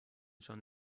schon